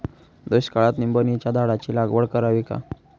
दुष्काळात निंबोणीच्या झाडाची लागवड करावी का?